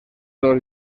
dos